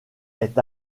est